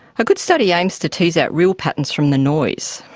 a good study aims to tease out real patterns from the noise,